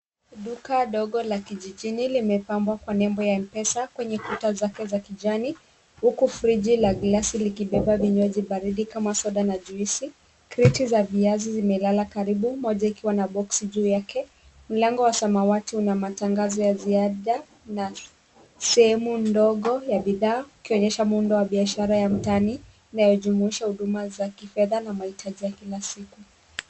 Duka dogo la kijijini limepambwa kwa nembo ya M-Pesa kwenye kuta zake za kijani, huku friji la glasi likibeba vinywaji baridi kama soda na juisi. Kreti za viazi zimelala karibu, moja ikiwa na boksi juu yake. Mlango wa samawati una matangazo ya ziada na sehemu ndogo ya bidhaa ikionyesha muundo wa biashara ya mtani inayojumuisha huduma za kifedha na mahitaji ya kila siku.